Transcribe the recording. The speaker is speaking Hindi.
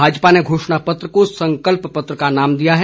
भाजपा ने घोषणापत्र को संकल्प पत्र का नाम दिया है